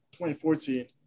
2014